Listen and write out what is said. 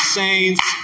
saints